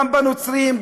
גם בנוצרים,